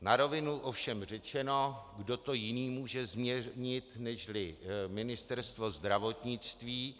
Na rovinu ovšem řečeno, kdo to jiný může změnit než Ministerstvo zdravotnictví.